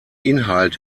inhalt